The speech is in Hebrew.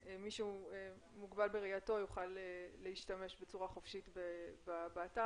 שהוא מוגבל בראייתו יוכל להשתמש בצורה חופשית באתר,